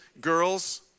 girls